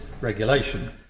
regulation